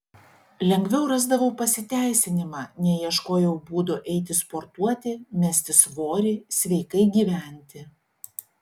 lengviau rasdavau pasiteisinimą nei ieškojau būdų eiti sportuoti mesti svorį sveikai gyventi